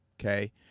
okay